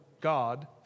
God